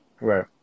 Right